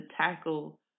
tackle